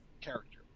character